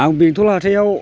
आं बेंथल हाथायाव